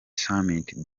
summit